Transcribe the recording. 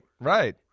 right